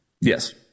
yes